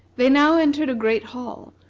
they now entered a great hall,